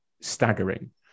staggering